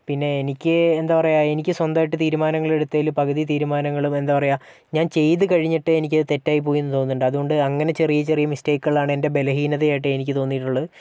പിന്നെ എനിക്ക് എന്താ പറയുക എനിക്ക് സ്വന്തമായിട്ട് തീരുമാനങ്ങൾ എടുത്തതിൽ പകുതി തീരുമാനങ്ങളും എന്താ പറയുക ഞാൻ ചെയ്ത് കഴിഞ്ഞിട്ട് എനിക്ക് തെറ്റായി പോയിന്ന് തോന്നുന്നുണ്ട് അതുകൊണ്ട് അങ്ങനെ ചെറിയ ചെറിയ മിസ്സ്ടേക്കുകളാണ് എൻ്റെ ബലഹീനതയായിട്ട് എനിക്ക് തോന്നിട്ടുള്ളത്